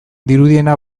dirudiena